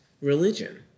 religion